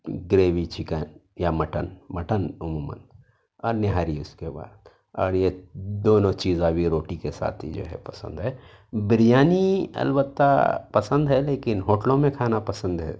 gravy chicken یا mutton mutton عموماً اور نہاری اس کے بعد اور یہ دونوں چیزیں بھی روٹی کے ساتھ ہی جو ہے پسند ہے بریانی البتہ پسند ہے لیکن ہوٹلوں میں کھانا پسند ہے